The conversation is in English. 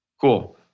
Cool